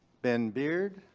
ben beard.